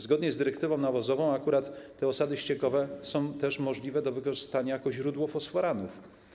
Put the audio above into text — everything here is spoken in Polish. Zgodnie z dyrektywą nawozową akurat te osady ściekowe są też możliwe do wykorzystania jako źródło fosforanów.